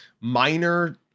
minor